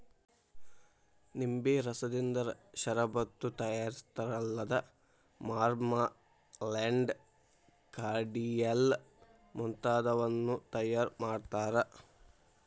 ನಿಂಬೆ ರಸದಿಂದ ಷರಬತ್ತು ತಯಾರಿಸ್ತಾರಲ್ಲದ ಮಾರ್ಮಲೆಂಡ್, ಕಾರ್ಡಿಯಲ್ ಮುಂತಾದವನ್ನೂ ತಯಾರ್ ಮಾಡ್ತಾರ